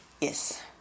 yes